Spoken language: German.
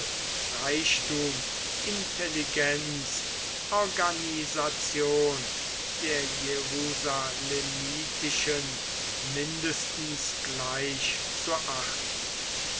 reichtum intelligenz organisation der jerusalemitischen mindestens gleich zu achten